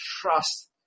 trust